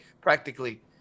practically